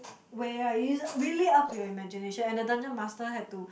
way right it's really up to your imagination and the dungeon master have to